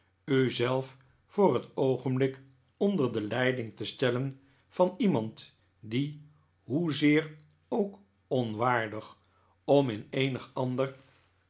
zelf voor het oogenblik onder de leiding te stellen van iemand die hoezeer ook onwaardig om in eenig ander